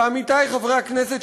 ועמיתי חברי הכנסת,